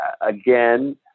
again